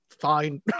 Fine